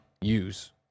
use